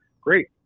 great